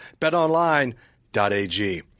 betonline.ag